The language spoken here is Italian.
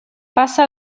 passa